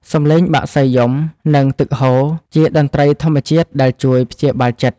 សំឡេងបក្សីយំ និងទឹកហូរ ជាតន្ត្រីធម្មជាតិដែលជួយព្យាបាលចិត្ត។